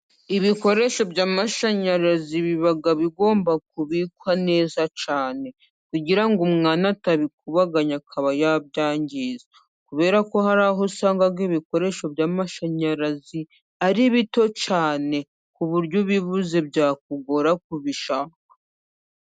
Ibikoresho by'amashanyarazi biba bigomba kubikwa neza cyane. Kugira ngo umwana atabikubaganya akaba yabyangiriza. Kubera ko hari aho usanga ibikoresho by'amashanyarazi ari bito cyane ku buryo ubibuze byakugora kubishaka.